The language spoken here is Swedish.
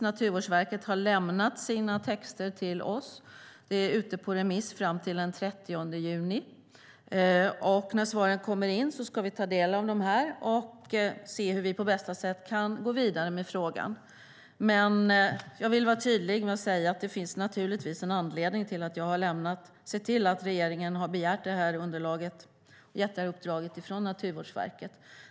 Naturvårdsverket har lämnat sina texter till oss, och förslaget är nu ute på remiss fram till den 30 juni. När svaren kommer in ska vi ta del av dem och se hur vi på bästa sätt kan gå vidare med frågan. Jag vill dock vara tydlig och säga att det naturligtvis finns en anledning till att jag har sett till att regeringen har gett uppdraget till Naturvårdsverket.